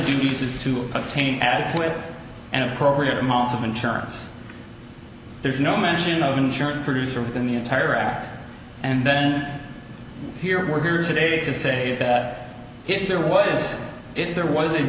is to obtain adequate and appropriate amounts of insurance there's no mention of insurance producer within the entire act and then here we're here today to say that if there was if there was